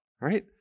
right